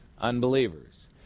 Unbelievers